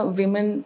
women